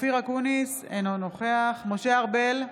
אופיר אקוניס, אינו נוכח משה ארבל,